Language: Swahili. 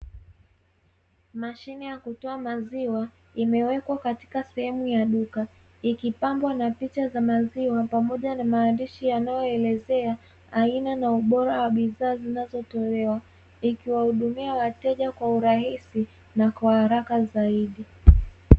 Mashine ya kutoa maziwa imewekwa katika sehemu ya duka ikipambwa na picha za maziwa pamoja na maandishi yanayoelezea aina na ubora wa bidhaa zinazotolewa. Ikiwahudumia wateja kwa urahisi na kwa haraka zaidi